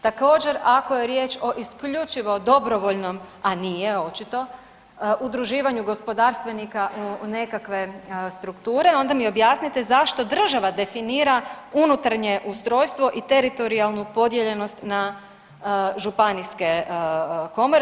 Također ako je riječ o isključivo dobrovoljnom, a nije očito, udruživanju gospodarstvenika u nekakve strukture onda mi objasnite zašto država definira unutarnje ustrojstvo i teritorijalnu podijeljenost na županijske komore.